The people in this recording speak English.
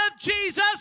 Jesus